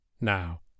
now